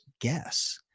guess